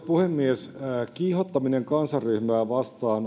puhemies kiihottaminen kansanryhmää vastaan